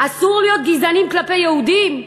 אסור להיות גזענים כלפי יהודים,